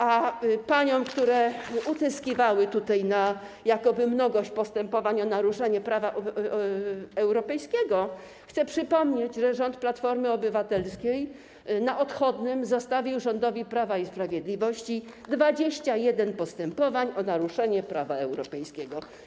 A paniom, które utyskiwały tutaj na rzekomą mnogość postępowań o naruszenie prawa europejskiego, chcę przypomnieć, że rząd Platformy Obywatelskiej na odchodnym zostawił rządowi Prawa i Sprawiedliwości 21 postępowań o naruszenie prawa europejskiego.